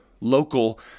local